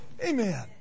Amen